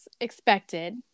expected